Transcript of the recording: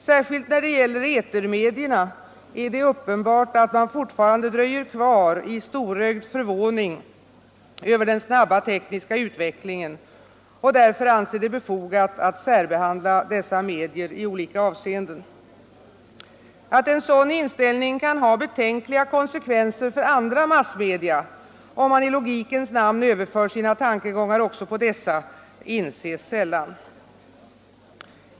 Särskilt då det gäller etermedierna är det uppenbart att man fortfarande dröjer kvar i en storögd förvåning över den snabba tekniska utvecklingen och därför anser det befogat att särbehandla dessa medier i olika avseenden. Att en sådan inställning kan ha betänkliga konsekvenser för andra massmedier, om man i logikens namn överför sina tankegångar också på dessa, inses sällan.